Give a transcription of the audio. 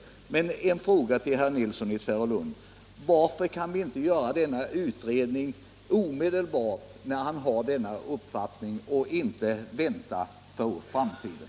Men jag vill ställa en fråga till herr Nilsson i Tvärålund: Varför kan vi inte göra denna utredning omedelbart, när ni nu har denna uppfattning, i stället för att göra den i framtiden?